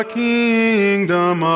kingdom